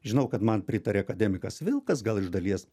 žinau kad man pritarė akademikas vilkas gal iš dalies